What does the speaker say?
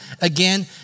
again